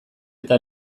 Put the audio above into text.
eta